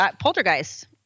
Poltergeist